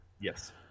Yes